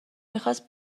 میخواست